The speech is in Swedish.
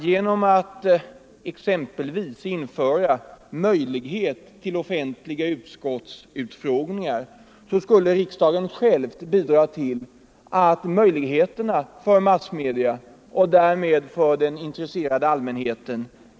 Genom att möjliggöra offentliga utskottsutfrågningar skulle riksdagen själv bidra till en ökning av möjligheterna för massmedierna och därmed för den intresserade allmänheten.